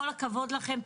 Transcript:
כל הכבוד לכם.